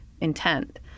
Intent